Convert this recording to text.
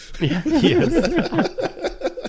Yes